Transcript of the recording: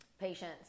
patients